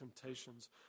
temptations